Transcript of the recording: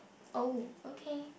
oh okay